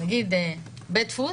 נגיד בית דפוס,